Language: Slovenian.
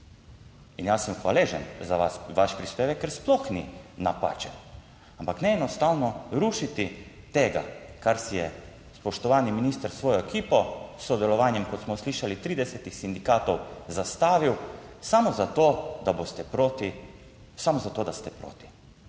in jaz sem hvaležen za vaš prispevek, ker sploh ni napačen, ampak ne enostavno rušiti tega, kar si je spoštovani minister s svojo ekipo s sodelovanjem, kot smo slišali 30 sindikatov zastavil samo za to, da boste proti,